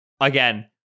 Again